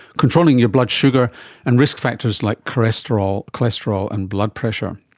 controlling your blood sugar and risk factors like cholesterol cholesterol and blood pressure.